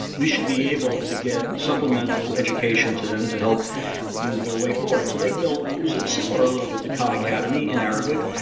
we should be able to get supplemental education to them to help move their way forward. so they built what was similar a little bit to khan academy in arabic,